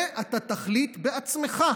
את זה אתה תחליט בעצמך,